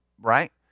right